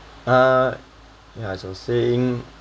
uh yeah so saying